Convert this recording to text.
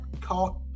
caught